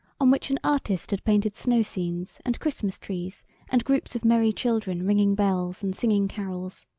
on which an artist had painted snow scenes and christmas trees and groups of merry children ringing bells and singing carols.